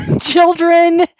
children